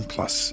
Plus